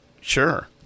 Sure